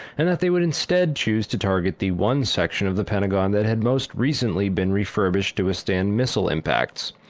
and that they would instead choose to target the one section of the pentagon that had most recently been refurbished to withstand missile impacts.